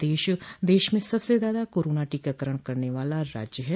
प्रदेश देश में सबसे ज्यादा कोरोना टीकाकरण वाला राज्य है